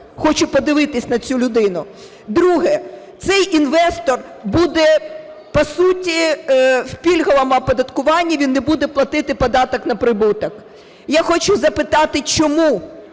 Хочу подивитись на цю людину. Друге. Цей інвестор буде по суті в пільговому оподаткуванні, він не буде платити податок на прибуток. Я хочу запитати чому